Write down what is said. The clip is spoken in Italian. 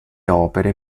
opere